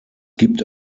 gibt